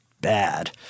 bad